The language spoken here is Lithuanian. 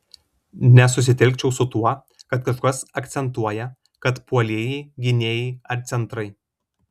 nesusitelkčiau su tuo kad kažkas akcentuoja kad puolėjai gynėjai ar centrai